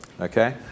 okay